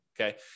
okay